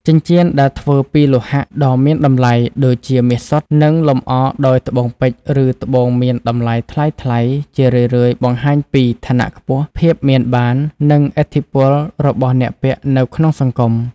ចិញ្ចៀនដែលធ្វើពីលោហៈដ៏មានតម្លៃ (ដូចជាមាសសុទ្ធ) និងលម្អដោយត្បូងពេជ្រ ឬត្បូងមានតម្លៃថ្លៃៗ ជារឿយៗបង្ហាញពី ឋានៈខ្ពស់ ភាពមានបាន និងឥទ្ធិពលរបស់អ្នកពាក់នៅក្នុងសង្គម។